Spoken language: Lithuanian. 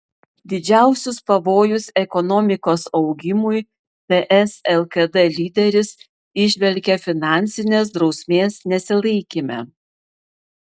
didžiausius pavojus ekonomikos augimui ts lkd lyderis įžvelgia finansinės drausmės nesilaikyme